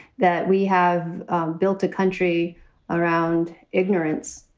that we have built a country around ignorance.